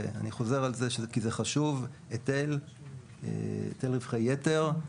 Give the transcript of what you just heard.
אני חוזר על זה כי זה חשוב: היטל רווחי יתר,